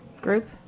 group